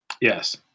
Yes